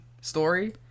story